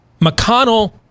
McConnell